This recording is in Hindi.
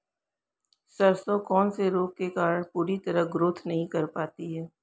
सरसों कौन से रोग के कारण पूरी तरह ग्रोथ नहीं कर पाती है?